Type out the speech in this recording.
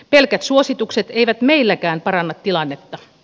pelkät suositukset eivät meilläkään paranna tilannetta